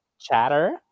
Chatter